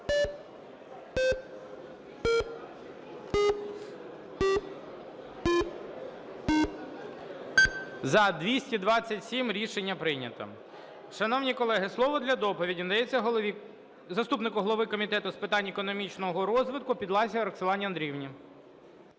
За-322 Рішення прийнято.